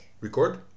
Record